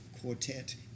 quartet